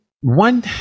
one